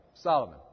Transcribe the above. Solomon